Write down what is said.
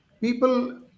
people